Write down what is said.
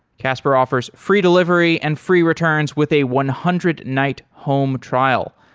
casper offers free delivery and free returns with a one hundred night home trial.